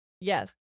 yes